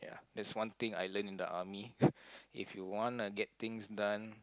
ya that's one thing I learn in the army if you want to get things done